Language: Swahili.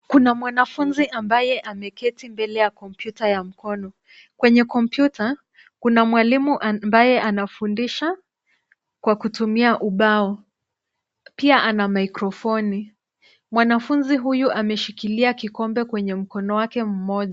Mwanafunzi ambaye ameketi mbele ya kompyuta ya mkono, akifanya masomo ya mtandaoni. Mtu huyo amevaa headphones nyeupe na anashikilia kikombe mkononi. Kwenye kompyuta yake ndogo, skrini inaonyesha mwalimu akifundisha. Mwalimu anaelekeza kwenye ubao mweusi uliojaa fomula za hisabati. Mazingira yanaonekana kuwa ya ofisi au chumba cha kusoma.